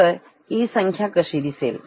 तर ही संख्या कशी दिसेल